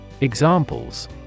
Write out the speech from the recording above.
Examples